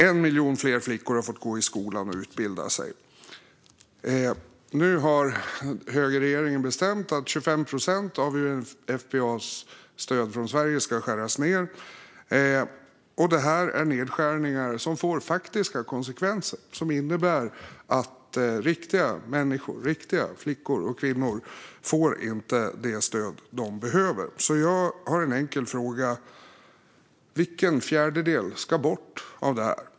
1 miljon fler flickor har fått gå i skolan och utbilda sig. Nu har högerregeringen bestämt att 25 procent av UNFPA:s stöd från Sverige ska skäras ned. Detta är nedskärningar som får faktiska konsekvenser och som innebär att riktiga människor - riktiga flickor och kvinnor - inte får det stöd som de behöver. Jag har en enkel fråga. Vilken fjärdedel av detta ska bort?